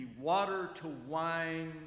water-to-wine